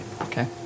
okay